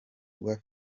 rwa